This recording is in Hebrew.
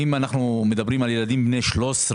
אם אנו מדברים על ילדים בני 13,